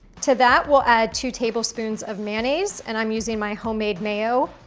to that, we'll add two tablespoons of mayonnaise, and i'm using my homemade mayo,